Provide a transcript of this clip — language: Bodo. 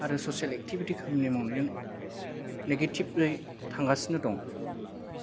आरो ससियेल एकटिभिटि खामानि मावनायजों नेगेटिभै थांगासिनो दं